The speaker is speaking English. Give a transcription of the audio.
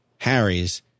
Harry's